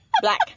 Black